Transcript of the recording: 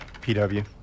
PW